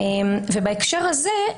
ובהקשר הזה,